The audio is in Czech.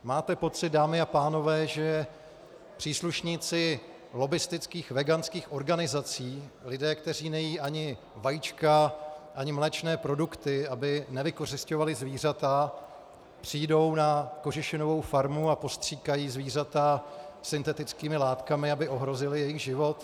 Máte pocit, dámy a pánové, že příslušníci lobbistických veganských organizací, lidé, kteří nejedí ani vajíčka, ani mléčné produkty, aby nevykořisťovali zvířata, přijdou na kožešinovou farmu a postříkají zvířata syntetickými látkami, aby ohrozili jejich život?